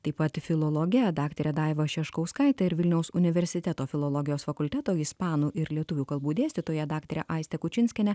taip pat filologe daktare daiva šeškauskaite ir vilniaus universiteto filologijos fakulteto ispanų ir lietuvių kalbų dėstytoja daktare aiste kučinskiene